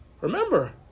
Remember